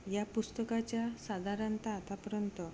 या पुस्तकाच्या साधारणत आतापर्यंत